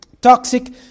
toxic